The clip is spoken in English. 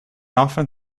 often